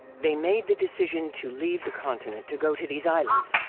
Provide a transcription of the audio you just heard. they made the decision to leave the continent to go to these islands.